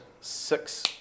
six